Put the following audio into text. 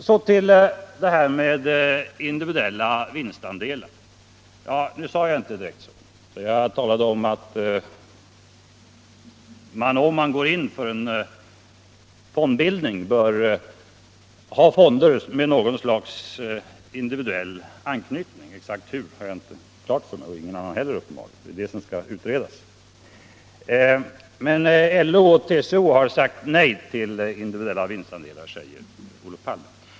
Så till frågan om den individuella vinstandelen. Jag menade att om man går in för en fondbildning, så bör man ha fonder med något slags individuell anknytning; exakt hur har jag inte klart för mig, och det har uppenbarligen ingen annan heller. Det är det som skall utredas. Men LO och TCO har sagt nej till individuella vinstandelar, säger Olof Palme.